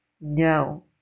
No